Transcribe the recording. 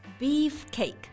beefcake